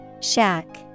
Shack